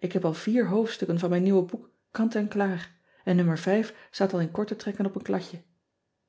k heb al vier hoofdstukken van mijn nieuwe boek kant en klaar en o staat al in korte trekken op een kladje